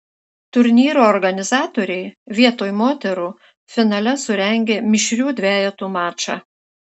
turnyro organizatoriai vietoj moterų finale surengė mišrių dvejetų mačą